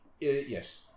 yes